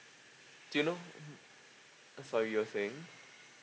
do you know uh sorry you were saying